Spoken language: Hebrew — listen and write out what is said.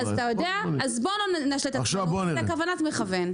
אז בוא לא נשלה את עצמנו, זו כוונת מכוון.